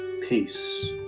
Peace